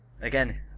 again